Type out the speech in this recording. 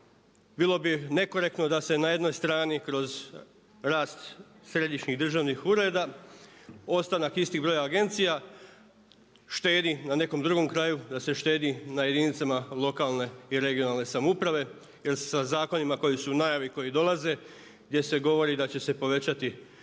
Bilo bi nekorektno da se na jednoj strani kroz rast središnjih državnih ureda, ostanak istih broja agencija, štedi na nekom drugom kraju, da se štedi na jedinicama lokalne i regionalne samouprave jer se sa zakonima koji su u najavi koji dolaze gdje se govori da će se povećati